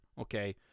okay